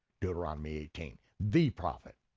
deuteronomy eighteen. the prophet.